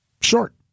short